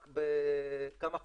רק בכמה חודשים,